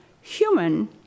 human